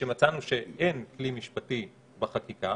משמצאנו שאין כלי משפטי בחקיקה